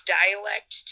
dialect